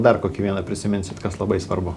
dar kokį vieną prisiminsit kas labai svarbu